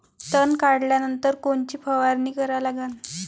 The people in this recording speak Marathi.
तन काढल्यानंतर कोनची फवारणी करा लागन?